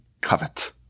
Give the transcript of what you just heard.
covet